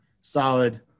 solid